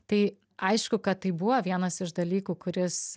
tai aišku kad tai buvo vienas iš dalykų kuris